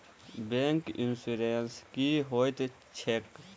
Bank insurance की होइत छैक?